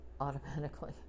automatically